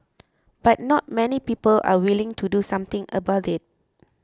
but not many people are willing to do something about it